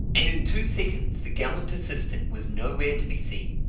and in two seconds the gallant assistant was nowhere to be seen.